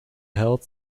held